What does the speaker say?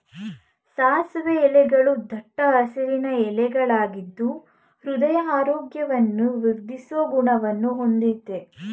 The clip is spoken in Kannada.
ಸಾಸಿವೆ ಎಲೆಗಳೂ ದಟ್ಟ ಹಸಿರಿನ ಎಲೆಗಳಾಗಿದ್ದು ಹೃದಯದ ಆರೋಗ್ಯವನ್ನು ವೃದ್ದಿಸೋ ಗುಣವನ್ನ ಹೊಂದಯ್ತೆ